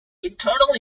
internal